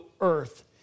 earth